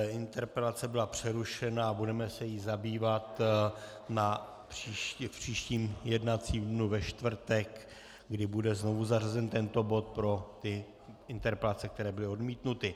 Interpelace byla přerušena a budeme se jí zabývat v příštím jednacím dnu ve čtvrtek, kdy bude znovu zařazen tento bod pro interpelace, které byly odmítnuty.